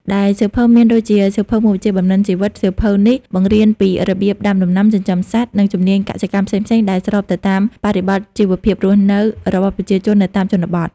ដែលសៀវភៅមានដូចជាសៀវភៅមុខវិជ្ជាបំណិនជីវិត សៀវភៅនេះបង្រៀនពីរបៀបដាំដំណាំ ចិញ្ចឹមសត្វ និងជំនាញកសិកម្មផ្សេងៗដែលស្របទៅតាមបរិបទជីវភាពរស់នៅរបស់ប្រជាជននៅតាមជនបទ។